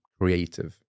creative